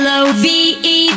Love